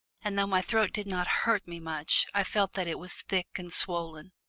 and though my throat did not hurt me much i felt that it was thick and swollen.